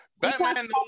Batman